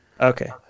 Okay